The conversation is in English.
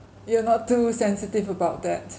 you're not too sensitive about that